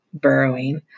burrowing